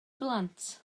blant